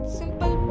simple